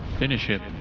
finish him.